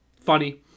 funny